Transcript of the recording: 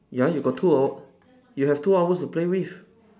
ya you got two hour you have two hours to play with